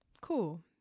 cool